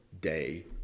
day